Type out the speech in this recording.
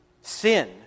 sin